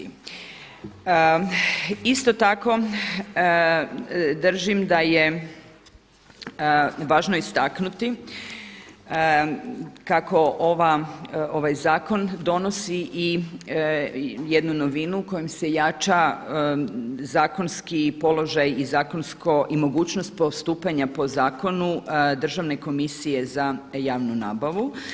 Isto tako držim da je važno istaknuti kako ovaj zakon donosi i jednu novinu kojom se jača zakonski položaj i mogućnost postupanja po Zakonu Državne komisije za javnu nabavu.